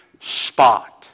spot